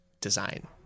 design